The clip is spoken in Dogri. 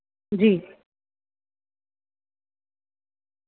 जी